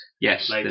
Yes